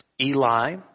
Eli